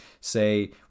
say